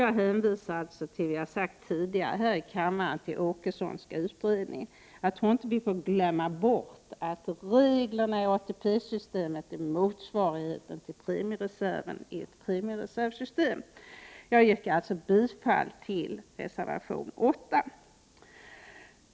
Jag hänvisar alltså till Åkessonska utredningen och det som jag tidigare har sagt här i kammaren, att vi inte får glömma bort att reglerna i ATP-systemet är motsvarigheten till premiereserven i ett premiereservssystem. Jag yrkar bifall till reservation 8.